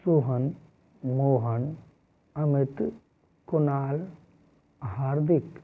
Sohan Mohan Amit Kunal Hardik